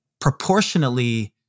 proportionately